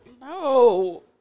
No